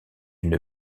une